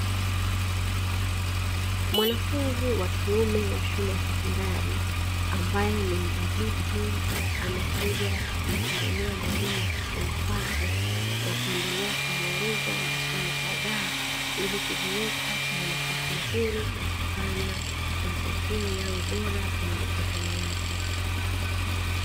Mwanafunzi wa kiume wa shule ya sekondari ambaye ni mdadisi, amekuja kumtembelea mwalimu ofisini kwake na kuendelea kumuuliza maswali kadhaa ili kujiweka kwenye nafasi nzuri ya kufanya matokeo yawe bora kwenye mitihani yake.